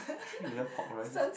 three layered pork rice